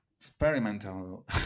experimental